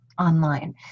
online